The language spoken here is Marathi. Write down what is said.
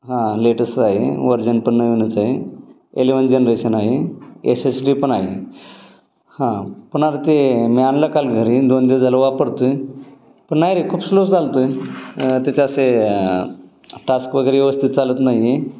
हां लेटस्चा आहे वर्जन पण नवीनच आहे एलेवन जनरेशन आहे एस एस डी पण आहे हां पण अरे ते मी आणलं काल घरी दोन दिवस झालं वापरतो आहे पण नाही रे खूप स्लो चालतोय त्याचे असे टास्क वगैरे व्यवस्थित चालत नाही आहे